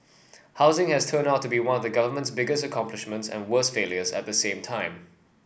housing has turned out to be one of the government's biggest accomplishments and worst failures at same time